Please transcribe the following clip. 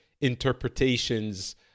interpretations